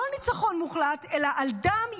לא על ניצחון מוחלט אלא על דם,